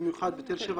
במיוחד בתל שבע,